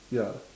ya